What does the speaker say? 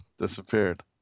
Disappeared